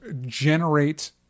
generate